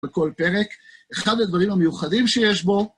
בכל פרק. אחד הדברים המיוחדים שיש בו,